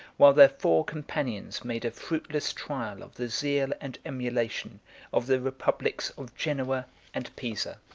while their four companions made a fruitless trial of the zeal and emulation of the republics of genoa and pisa.